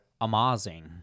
amazing